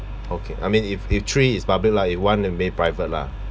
okay I mean if if three is public lah if one then may private lah